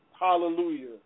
Hallelujah